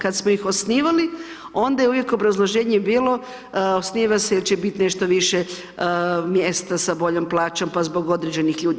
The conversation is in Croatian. Kad smo ih osnovali, onda je uvijek obrazloženje bilo osnova se jer će biti nešto više mjesta sa boljom plaćom pa zbog određenih ljudi.